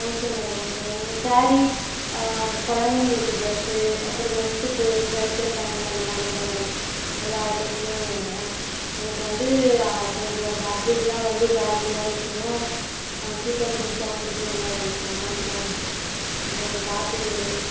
okay madam okay madam saris குழந்தைங்களுக்கு dress அப்புறம் மென்ஸுக்கு ஷர்ட்டு பேண்ட்டு அந்தமாதிரிதான் மேடம் எல்லா ஐட்டத்துலேயும் வேணும் எனக்கு வந்து கொஞ்சம் ஃபேப்ரிக்லாம் வந்து குவாலிட்டியாகவும் இருக்கணும் சீப் அண்ட் பெஸ்ட்டாகவும் இருக்கணும் மேடம் அமௌண்ட்டும் கொஞ்சம் பார்த்து